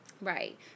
Right